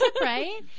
right